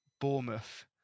Bournemouth